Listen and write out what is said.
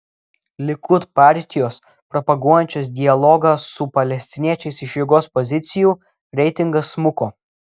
likud partijos propaguojančios dialogą su palestiniečiais iš jėgos pozicijų reitingas smuko